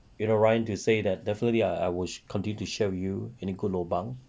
you know ryan you say that definitely I I will continue to share with you any good lobang